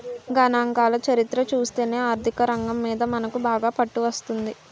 గణాంకాల చరిత్ర చూస్తేనే ఆర్థికరంగం మీద మనకు బాగా పట్టు వస్తుంది